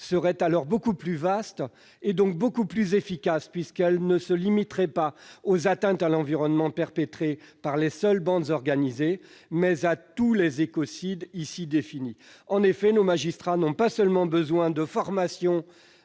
serait beaucoup plus vaste, donc nettement plus efficace, puisqu'elle ne se limiterait pas aux atteintes à l'environnement perpétrées par les seules bandes organisées, mais à tous les écocides ici définis. Madame la rapporteure, nos magistrats n'ont pas seulement besoin de formation